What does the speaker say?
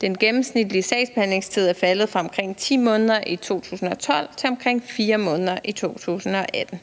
Den gennemsnitlige sagsbehandlingstid er faldet fra omkring 10 måneder i 2012 til omkring 4 måneder i 2018.